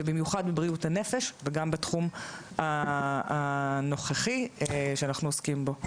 ובמיוחד בבריאות הנפש וגם בתחום הנוכחי שאנחנו עוסקים בו.